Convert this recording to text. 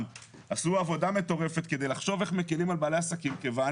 עשו עבודה מטורפת כדי לחשוב איך מקלים על בעלי עסקים כיוון